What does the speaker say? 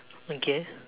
okay